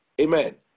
Amen